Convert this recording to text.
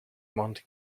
monty